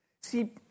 See